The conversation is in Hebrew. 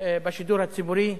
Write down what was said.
בשידור הציבורי?